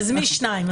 משניים.